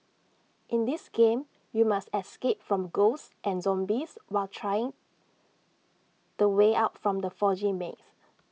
in this game you must escape from ghosts and zombies while try the way out from the foggy maze